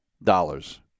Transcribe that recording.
dollars